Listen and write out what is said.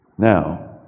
Now